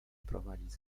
prowadzić